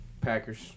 Packers